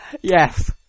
yes